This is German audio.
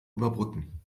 überbrücken